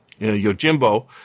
Yojimbo